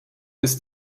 ist